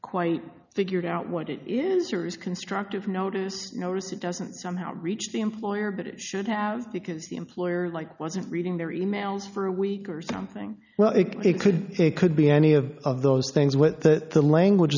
quite figured out what it is or is constructive notice notice it doesn't somehow reach the employer but it should have because the employer like wasn't reading their emails for a week or something well it could it could be any of of those things where the language